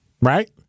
Right